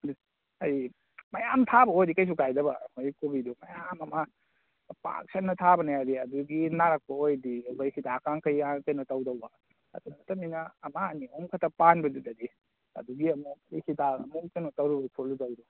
ꯑꯗꯨ ꯑꯩ ꯃꯌꯥꯝ ꯊꯥꯕ ꯑꯣꯏꯔꯗꯤ ꯀꯩꯁꯨ ꯀꯥꯏꯗꯕ ꯑꯩꯈꯣꯏ ꯀꯣꯕꯤꯗꯨ ꯃꯌꯥꯝ ꯑꯃ ꯑꯩꯈꯣꯏ ꯄꯥꯛ ꯁꯟꯅ ꯊꯥꯕꯅꯤ ꯍꯥꯏꯗꯤ ꯑꯗꯨꯒꯤ ꯅꯥꯔꯛꯄ ꯑꯣꯏꯔꯗꯤ ꯑꯩꯈꯣꯏ ꯍꯤꯗꯥꯛ ꯀꯥꯡ ꯀꯩ ꯀꯥꯡ ꯀꯩꯅꯣ ꯇꯧꯗꯧꯕ ꯑꯗꯨ ꯅꯠꯇꯃꯤꯅ ꯑꯃ ꯑꯅꯤ ꯑꯍꯨꯝꯈꯛꯇ ꯄꯥꯟꯕꯗꯨꯗꯗꯤ ꯑꯗꯨꯒꯤ ꯑꯃꯨꯛ ꯍꯤꯗꯥꯛ ꯑꯃꯨꯛ ꯀꯩꯅꯣ ꯇꯧꯔꯨ ꯈꯣꯠꯂꯨꯗꯕꯗꯣ